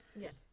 Yes